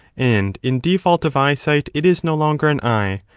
and in default of eyesight it is no longer an eye,